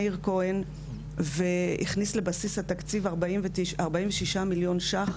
מאיר כהן והכניס לבסיס התקציב 46 מיליון ₪,